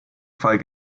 fall